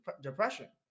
depression